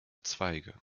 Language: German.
zweige